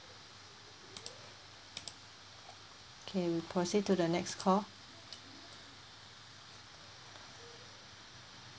K we proceed to the next call